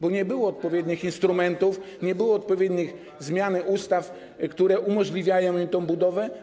Bo nie było odpowiednich instrumentów, nie było odpowiedniej zmiany ustaw, które umożliwiają tę budowę.